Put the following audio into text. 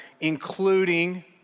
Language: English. including